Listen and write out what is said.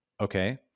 okay